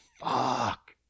fuck